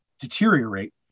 deteriorate